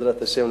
בעזרת השם,